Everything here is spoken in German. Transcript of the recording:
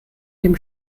dem